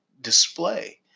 display